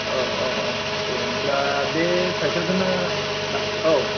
औ औ औ दे होमब्ला बे सायखेलखौनो ना औ